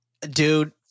Dude